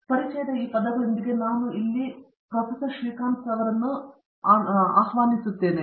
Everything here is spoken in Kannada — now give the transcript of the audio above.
ಸರಿ ಪರಿಚಯದ ಈ ಪದಗಳೊಂದಿಗೆ ಮತ್ತು ನಾನು ಇಲ್ಲಿ ನಿಮ್ಮನ್ನು ಹೊಂದಲು ನನಗೆ ತುಂಬಾ ಖುಷಿಯಾಗಿದೆ